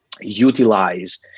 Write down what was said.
utilize